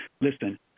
listen